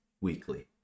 weekly